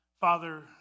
Father